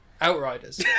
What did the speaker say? Outriders